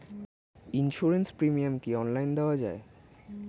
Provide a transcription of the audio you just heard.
Insurance premium কি online দেওয়া যায়?